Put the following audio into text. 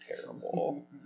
terrible